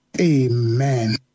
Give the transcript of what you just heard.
amen